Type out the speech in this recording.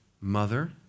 mother